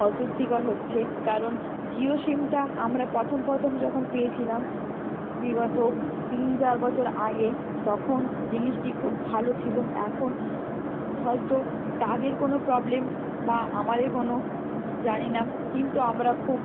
অস্বস্তিকর হচ্ছে কারণ জিও সিমটা আমরা প্রথম প্রথম যখন পেয়েছিলাম বিগত তিন চার বছর আগে তখন জিনিসটি খুব ভালো ছিলো এখন হয়তো তাদের কোনো প্রবলেম বা আমাদের কোনো জানি না কিন্তু আমরা খুব